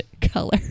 color